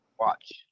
watch